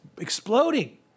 exploding